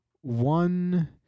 one